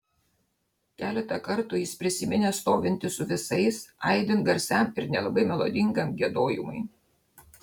keletą kartų jis prisiminė stovintis su visais aidint garsiam ir nelabai melodingam giedojimui